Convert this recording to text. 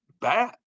bad